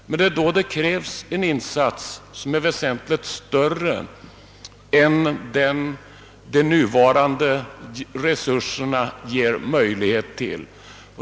Men då krävs en insats som är väsentligt större än de nuvarande resurserna ger möjlighet till.